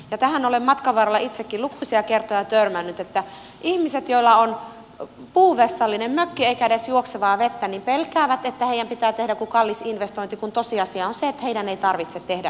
tähän olen matkan varrella itsekin lukuisia kertoja törmännyt että ihmiset joilla on puuvessallinen mökki eikä edes juoksevaa vettä pelkäävät että heidän pitää tehdä joku kallis investointi kun tosiasia on se että heidän ei tarvitse tehdä yhtään mitään